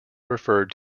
referred